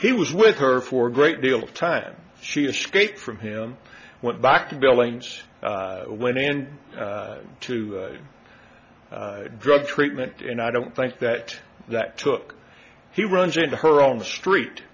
he was with her for a great deal of time she escaped from him went back to billings when and to drug treatment and i don't think that that took he runs into her on the street